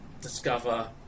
discover